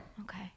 Okay